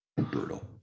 Brutal